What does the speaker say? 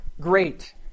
Great